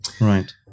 Right